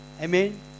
Amen